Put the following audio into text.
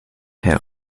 herr